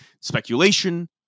Speculation